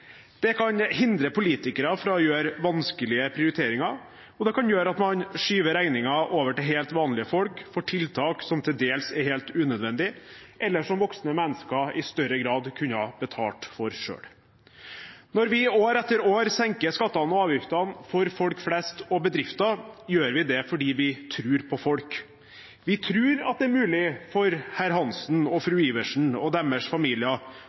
De kan hindre politikere i å gjøre vanskelige prioriteringer. Og de kan gjøre at man skyver regningen over til helt vanlige folk for tiltak som til dels er helt unødvendige, eller som voksne mennesker i større grad kunne ha betalt for selv. Når vi år etter år senker skattene og avgiftene for folk flest og bedrifter, gjør vi det fordi vi tror på folk. Vi tror at det er mulig for herr Hansen og fru Iversen og deres familier